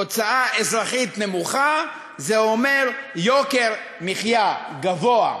הוצאה אזרחית נמוכה זה אומר יוקר מחיה גבוה,